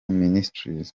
ministries